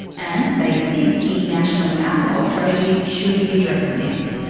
and they think the national alcohol strategy should be addressing this.